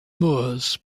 moors